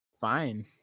Fine